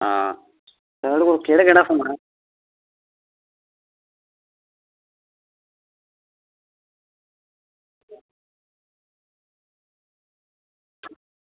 आं थुआढ़े कोल केह्ड़ा केह्ड़ा फोन ऐ